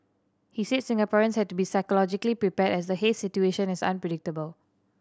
he said Singaporeans had to be psychologically prepared as the haze situation is unpredictable